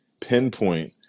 pinpoint